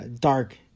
dark